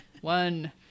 One